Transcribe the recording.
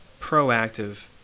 proactive